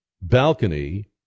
balcony